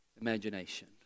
imagination